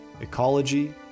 ecology